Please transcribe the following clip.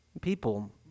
People